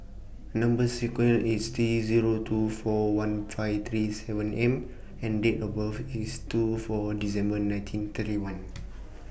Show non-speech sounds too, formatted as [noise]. Number sequence IS T Zero two four one five three seven M and Date of birth IS two four December nineteen thirty one [noise]